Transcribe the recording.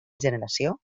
generació